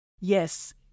Yes